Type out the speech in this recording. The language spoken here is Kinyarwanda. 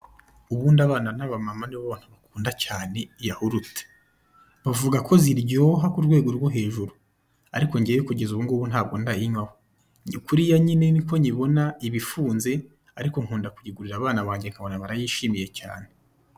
Ubundi abana n'abamama nibo bantu bakunda cyane yawurute, bavuga ko ziryoha ku rwego rwo hejuru ariko njyewe kugeza ubungubu ntago ndayinywaho, ni kuriya nyine niko nyibona iba ifunze ariko nkunda kuyigurira abana banjye nkabona barayishimiye cyane.